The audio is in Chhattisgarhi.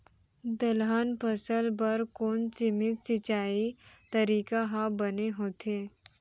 दलहन फसल बर कोन सीमित सिंचाई तरीका ह बने होथे?